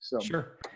Sure